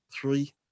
three